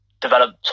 develop